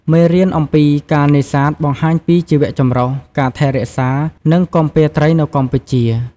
មេរៀនអំពីការនេសាទបង្ហាញពីជីវចម្រុះ ការថែរក្សា និងគាំពារត្រីនៅកម្ពុជា។